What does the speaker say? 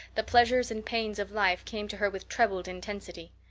the pleasures and pains of life came to her with trebled intensity.